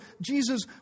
Jesus